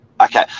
okay